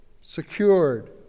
secured